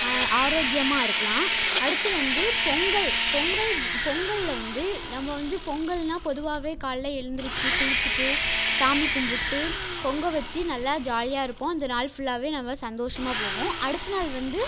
ஆரோக்கியமா இருக்கலாம் அடுத்து வந்து பொங்கல் பொங்கல் டி பொங்கலில் வந்து நம்ம வந்து பொங்கல்னா பொதுவாகவே காலைல எழுந்திரித்து குளிச்சுட்டு சாமி கும்பிட்டு பொங்கல் வச்சு நல்லா ஜாலியாக இருப்போம் அந்த நாள் ஃபுல்லாகவே நம்ம சந்தோஷமாக போகும் அடுத்த நாள் வந்து